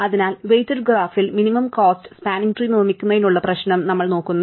അതിനാൽ വെയ്റ്റഡ് ഗ്രാഫിൽ minimum cost spanning tree നിർമ്മിക്കുന്നതിനുള്ള പ്രശ്നം ഞങ്ങൾ നോക്കുന്നു